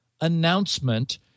announcement